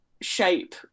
shape